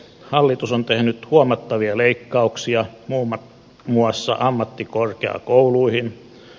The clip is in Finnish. hallitus on tehnyt huomattavia leikkauksia muun muassa ammattikorkeakouluihin